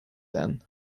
then